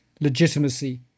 legitimacy